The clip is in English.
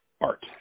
art